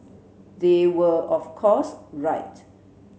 they were of course right